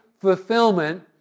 fulfillment